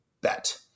bet